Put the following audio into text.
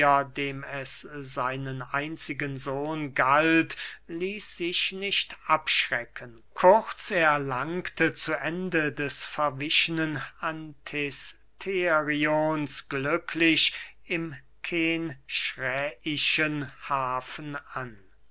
dem es seinen einzigen sohn galt ließ sich nicht abschrecken kurz er langte zu ende des verwichnen anthesterions glücklich im kenchräischen hafen an